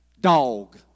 Dog